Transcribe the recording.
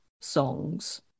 songs